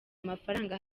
amafaranga